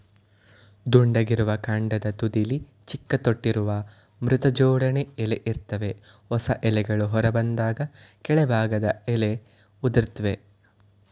ದುಂಡಗಿರುವ ಕಾಂಡದ ತುದಿಲಿ ಚಿಕ್ಕ ತೊಟ್ಟಿರುವ ವೃತ್ತಜೋಡಣೆ ಎಲೆ ಇರ್ತವೆ ಹೊಸ ಎಲೆಗಳು ಹೊರಬಂದಾಗ ಕೆಳಭಾಗದ ಎಲೆ ಉದುರ್ತವೆ